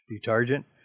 detergent